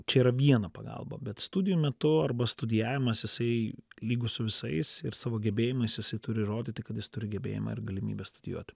čia yra viena pagalba bet studijų metu arba studijavimas jisai lygus su visais ir savo gebėjimais jisai turi įrodyti kad jis turi gebėjimą ir galimybę studijuoti